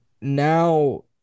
now –